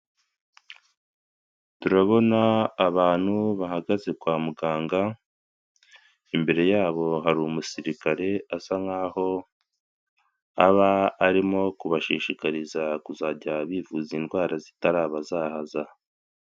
Turabona abantu bahagaze kwa muganga imbere yabo hari umusirikare asa nk'aho aba arimo kubashishikariza kuzajya bivuza indwara zitarabazahaza.